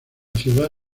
ciudad